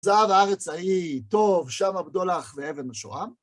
זהב הארץ ההיא, טוב, שם הבדולח ואבן השואה.